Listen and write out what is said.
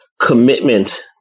commitment